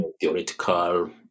theoretical